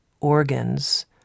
organs